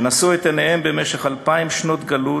שנשאו את עיניהם במשך אלפיים שנות גלות